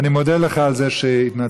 אני מודה לך על זה שהתנצלת.